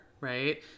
right